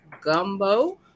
gumbo